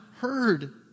heard